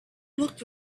looked